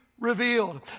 Revealed